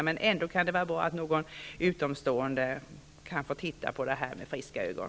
Men det kan vara bra att någon utomstående får titta på det här materialet med friska ögon.